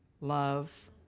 love